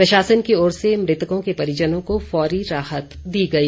प्रशासन की ओर से मृतकों के परिजनों को फौरी राहत दी गई